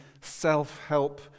self-help